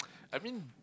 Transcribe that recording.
I mean